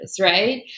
Right